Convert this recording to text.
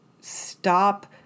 stop